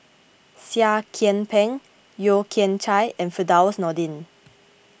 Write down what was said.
Seah Kian Peng Yeo Kian Chai and Firdaus Nordin